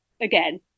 again